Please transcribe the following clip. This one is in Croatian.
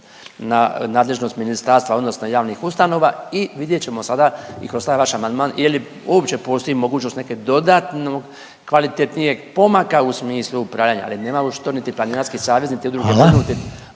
na nadležnost ministarstva odnosno javnih ustanova i vidjet ćemo sada i kroz taj vaš amandman je li uopće postoji mogućnost neke dodatnog kvalitetnijeg pomaka u smislu upravljanja ali nemamo što niti planinarski savez niti udruge